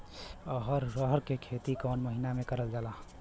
अरहर क खेती कवन महिना मे करल जाला?